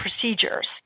procedures